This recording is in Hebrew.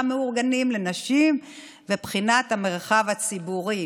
מאורגנים לנשים ובחינת המרחב הציבורי.